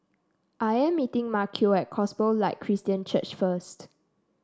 I am meeting Maceo at Gospel Light Christian Church first